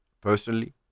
personally